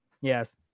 Yes